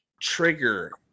trigger